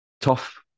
tough